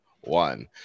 one